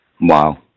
Wow